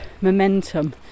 momentum